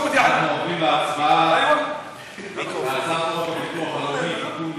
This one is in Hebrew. אנחנו עוברים להצבעה על הצעת חוק הביטוח הלאומי (תיקון מס'